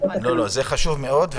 זה חשוב מאוד.